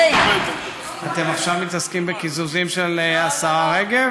אתם עכשיו מתעסקים בקיזוזים של השרה רגב?